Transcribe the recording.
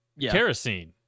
kerosene